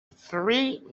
three